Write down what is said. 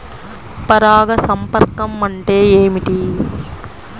పరాగ సంపర్కం అంటే ఏమిటి?